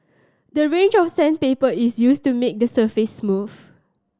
the range of sandpaper is used to make the surface smooth